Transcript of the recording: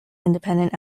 independent